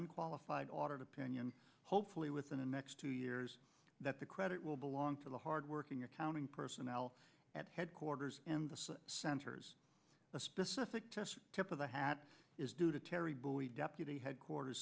unqualified audit opinion hopefully within the next two years that the credit will belong to the hard working accounting personnel at headquarters and centers a specific test tip of the hat is due to terry boyd deputy head quarters